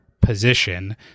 position